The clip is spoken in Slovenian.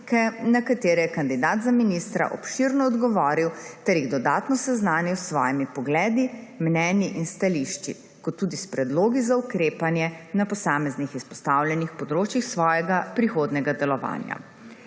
na katere je kandidat za ministra obširno odgovoril ter jih dodatno seznanil s svojimi pogledi, mnenji in stališči ter tudi s predlogi za ukrepanje na posameznih izpostavljenih področjih svojega prihodnjega delovanja.